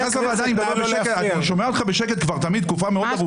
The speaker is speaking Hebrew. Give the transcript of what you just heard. אני שומע אותך בשקט כבר תקופה מאוד ארוכה.